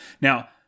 Now